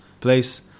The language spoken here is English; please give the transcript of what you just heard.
place